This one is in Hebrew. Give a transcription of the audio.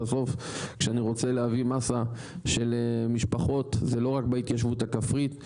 בסוף כשאני רוצה להביא מסה של משפחות זה לא רק בהתיישבות הכפרית,